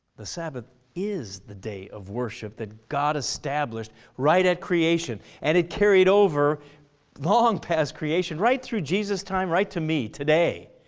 the sabbath is the day of worship that god established right at creation and it carried over long past creation right through jesus' time right through to me today.